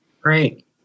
Great